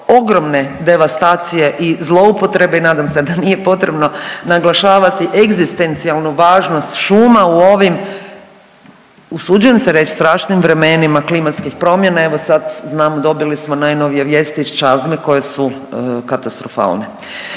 ogromne devastacije i zloupotrebe i nadam se da nije potrebno naglašavati egzistencijalnu važnost šuma u ovim, usuđujem se reći, strašnim vremenima klimatskih promjena. Evo, sad znamo, dobili smo najnovije vijesti iz Čazme koje su katastrofalne.